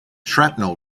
shrapnel